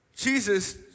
Jesus